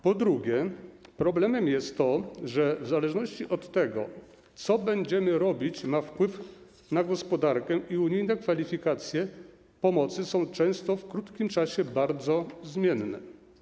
Po drugie, problemem jest to, że w zależności od tego, co będziemy robić, ma to wpływ na gospodarkę i unijne kwalifikacje pomocy są często w krótkim czasie bardzo zmienne.